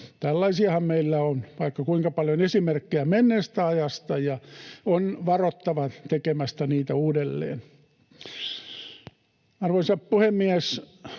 Tällaisiahan meillä on vaikka kuinka paljon, esimerkkejä menneestä ajasta, ja on varottava tekemästä niitä uudelleen. Arvoisa puhemies!